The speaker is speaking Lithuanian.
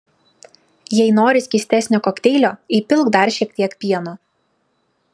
jei nori skystesnio kokteilio įpilk dar šiek tiek pieno